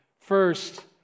First